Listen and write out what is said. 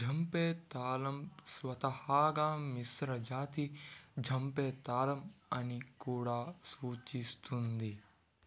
ఝంపె తాళం స్వతహాగా మిశ్ర జాతి ఝంపె తాళం అని కూడా సూచిస్తుంది